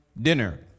dinner